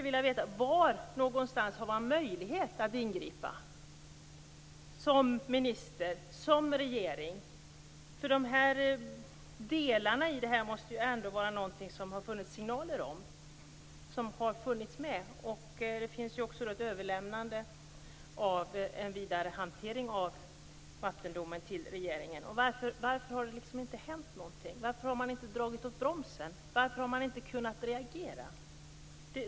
Var har ministern och regeringen möjlighet att ingripa? Det måste ändå ha funnits signaler om delarna i helheten. Vattendomen har överlämnats för vidarehantering till regeringen. Varför har det inte hänt någonting? Varför har man inte dragit åt bromsen? Varför har man inte kunnat reagera?